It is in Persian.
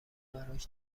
براش